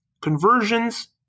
conversions